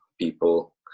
people